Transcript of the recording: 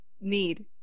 need